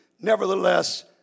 nevertheless